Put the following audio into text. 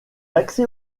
accès